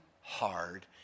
hard